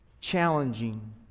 Challenging